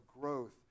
growth